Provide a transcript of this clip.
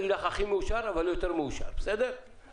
הייתי יותר ממאושר אם זה היה קורה, הלוואי.